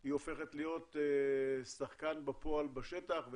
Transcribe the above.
שברון הופכת לשחקן בפועל בשטח.